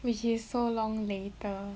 which is so long later